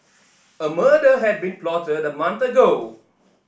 a murder had been plotted a month ago